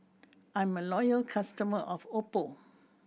I'm a loyal customer of Oppo